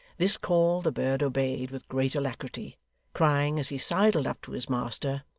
this call, the bird obeyed with great alacrity crying, as he sidled up to his master,